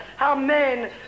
amen